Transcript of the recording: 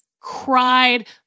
cried